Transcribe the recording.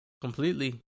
completely